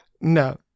No